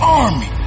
army